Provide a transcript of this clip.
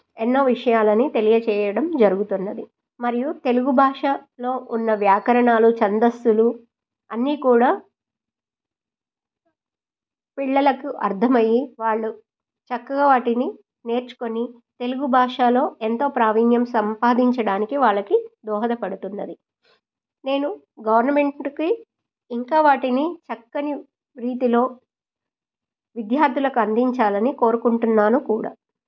ఎన్నో విషయాలని తెలియచేయడం జరుగుతున్నది మరియు తెలుగు భాషలో ఉన్న వ్యాకరణాలు చంధస్సులు అన్నీ కూడా పిల్లలకు అర్థమయ్యి వాళ్ళు చక్కగా వాటిని నేర్చుకొని తెలుగు భాషలో ఎంతో ప్రావీణ్యం సంపాదించడానికి వాళ్ళకి దోహదపడుతున్నది నేను గవర్నమెంటుకి ఇంకా వాటిని చక్కని రీతిలో విద్యార్థులకు అందించాలని కోరుకుంటున్నాను కూడా